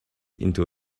into